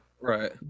Right